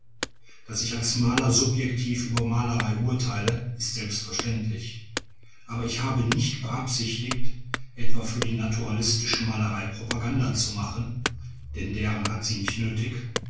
daß ich als maler subjektiv über malerei urteile ist selbstverständlich aber ich habe nicht beabsichtigt etwa für die naturalistische malerei propaganda zu machen denn deren hat sie nicht